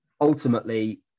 ultimately